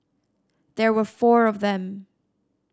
there were four of them